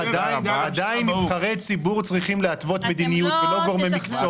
--- עדיין נבחרי ציבור צריכים להתוות מדיניות ולא גורמי מקצוע.